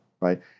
right